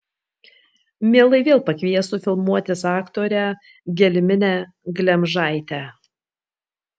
mielai vėl pakviestų filmuotis aktorę gelminę glemžaitę